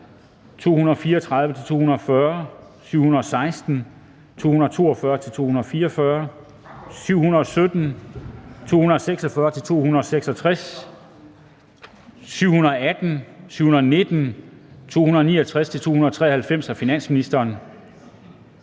234-240, 716, 242-244, 717, 246-266, 718, 719 og 269-293 af finansministeren?